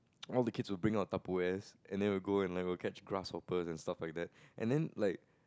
all the kids will bring out Tupperwares and then we will go and go catch grasshoppers and stuff like that and then like